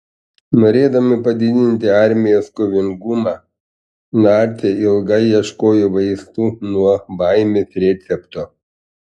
norėdami padidinti armijos kovingumą naciai ilgai ieškojo vaistų nuo baimės recepto